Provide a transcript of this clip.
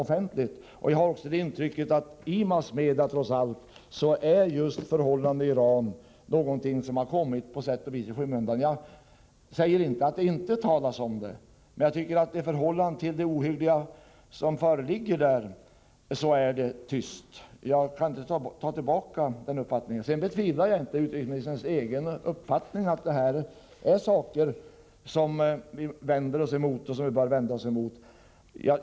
Jag har också det intrycket att just förhållandena i Iran trots allt har kommit i skymundan i massmedia. Jag påstår inte att det inte talas om vad som händer i Iran, men i förhållande till de ohyggligheter som försiggår där så tycker jag att det är tyst. Den uppfattningen kan jag inte ta tillbaka. Jag betvivlar inte utrikesministerns egen uppgift att detta gäller saker som vi vänder oss emot och som vi bör vända oss emot.